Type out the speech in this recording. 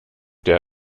der